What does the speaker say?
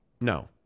No